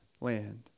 land